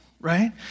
Right